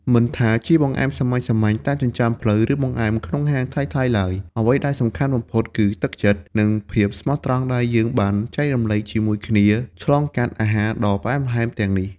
មិនថាជាបង្អែមសាមញ្ញៗតាមចិញ្ចើមផ្លូវ ឬបង្អែមក្នុងហាងថ្លៃៗឡើយ អ្វីដែលសំខាន់បំផុតគឺទឹកចិត្ត និងភាពស្មោះត្រង់ដែលយើងបានចែករំលែកជាមួយគ្នាឆ្លងកាត់អាហារដ៏ផ្អែមល្ហែមទាំងនេះ។